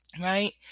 right